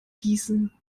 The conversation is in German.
gießen